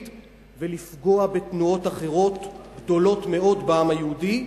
ולפגוע בתנועות אחרות גדולות מאוד בעם היהודי,